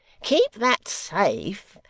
keep that safe,